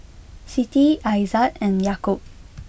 Siti Aizat and Yaakob